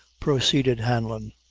proceeded hanlon,